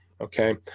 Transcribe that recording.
okay